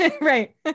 Right